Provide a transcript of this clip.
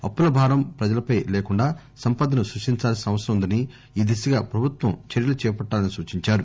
అప్పుల భారం ప్రజలపై లేకుండా సంపదను సృష్టించాల్పిన అవసరం ఉందని ఈ దిశగా ప్రభుత్వం చర్యలు చేపట్టాలని సూచించారు